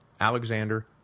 Alexander